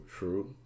True